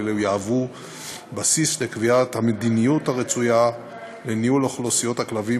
ואלו יהיו בסיס לקביעת המדיניות הרצויה לניהול אוכלוסיית הכלבים,